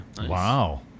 Wow